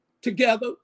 Together